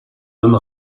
homme